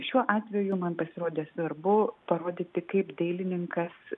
šiuo atveju man pasirodė svarbu parodyti kaip dailininkas